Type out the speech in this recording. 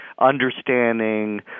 understanding